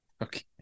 Okay